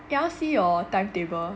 eh I want to see your timetable